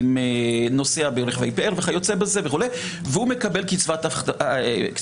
נוסע ברכבי פאר וכיוצא בזה והוא מקבל קצבת הבטחה